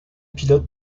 pilotes